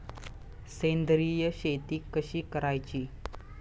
सेंद्रिय शेती कशी करायची?